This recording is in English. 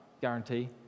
guarantee